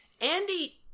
Andy